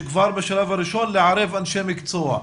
שכבר בשלב הראשון לערב אנשי מקצוע,